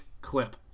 clip